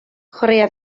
chwaraea